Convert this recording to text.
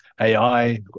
AI